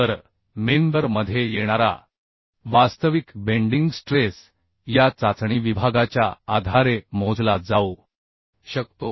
तर मेंबर मध्ये येणारा वास्तविक बेंडिंग स्ट्रेस या चाचणी विभागाच्या आधारे मोजला जाऊ शकतो